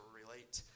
relate